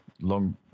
long